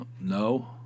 No